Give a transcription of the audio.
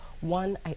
one